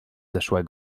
zeszłe